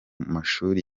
mashuri